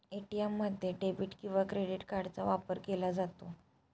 ATM मध्ये debit किंवा क्रेडिट कार्डचा वापर केला जातो